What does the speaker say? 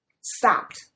stopped